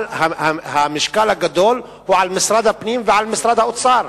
הוא על משרד הפנים ועל משרד האוצר.